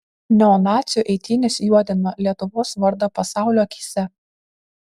neonacių eitynės juodina lietuvos vardą pasaulio akyse